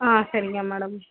ஆ சரிங்க மேடம்